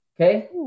Okay